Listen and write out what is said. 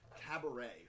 Cabaret